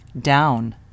down